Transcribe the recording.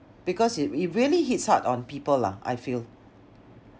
because it it really hits hard on people lah I feel